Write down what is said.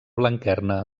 blanquerna